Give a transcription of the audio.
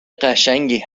قشنگی